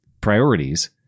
priorities